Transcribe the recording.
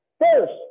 first